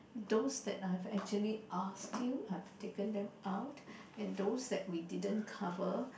those that I've actually asked you I taken them out and those that we didn't cover